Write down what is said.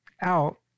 out